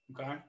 okay